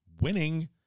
Winning